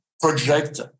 project